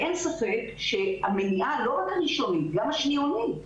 אין ספק שהמניעה - לא רק הראשונית, גם השניונית,